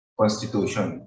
constitution